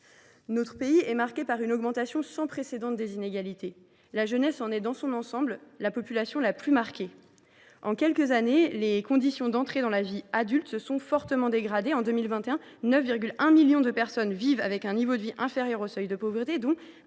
Notre pays est marqué par une augmentation sans précédent des inégalités. La jeunesse est, dans son ensemble, la population la plus marquée par ce phénomène. En quelques années, les conditions d’entrée dans la vie adulte se sont fortement dégradées. Ainsi, en 2021, 9,1 millions de personnes vivaient avec un niveau de vie inférieur au seuil de pauvreté, dont